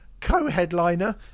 Co-headliner